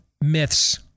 myths